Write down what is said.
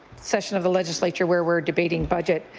session of the legislature where we're debating budget.